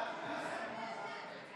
ההצעה להעביר את הצעת חוק הביטוח הלאומי (תיקון,